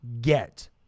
get